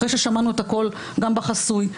אחרי ששמענו הכול גם בחסוי,